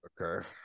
Okay